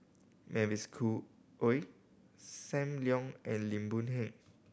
Mavis Khoo Oei Sam Leong and Lim Boon Heng